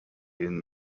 gehen